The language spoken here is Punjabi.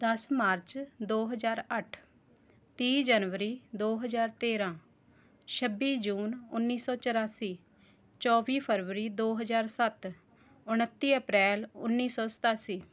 ਦਸ ਮਾਰਚ ਦੋ ਹਜ਼ਾਰ ਅੱਠ ਤੀਹ ਜਨਵਰੀ ਦੋ ਹਜ਼ਾਰ ਤੇਰਾਂ ਛੱਬੀ ਜੂਨ ਉੱਨੀ ਸੌ ਚੁਰਾਸੀ ਚੌਵੀ ਫਰਵਰੀ ਦੋ ਹਜ਼ਾਰ ਸੱਤ ਉਨੱਤੀ ਅਪ੍ਰੈਲ ਉੱਨੀ ਸੌ ਸਤਾਸੀ